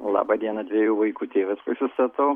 laba diena dviejų vaikų tėvas prisistatau